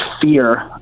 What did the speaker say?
fear